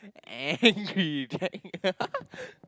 angry Jack